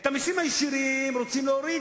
את המסים הישירים רוצים להוריד,